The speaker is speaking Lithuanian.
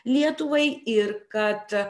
lietuvai ir kad